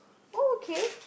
oh okay